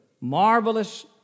marvelous